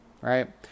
right